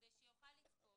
כדי שיוכל לצפות,